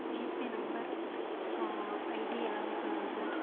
GPay number அப்றம் ID எல்லாமே சொல்லுங்கள் சார்